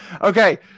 Okay